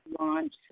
Launch